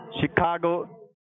Chicago